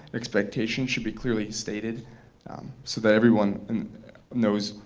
expectation should be clearly stated so that everyone and knows,